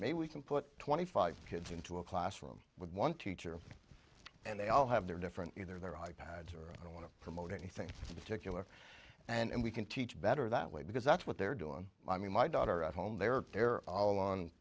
maybe we can put twenty five kids into a classroom with one teacher and they all have their different either their i pads or i don't want to promote anything particular and we can teach better that way because that's what they're doing i mean my daughter at home there they're all on